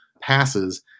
passes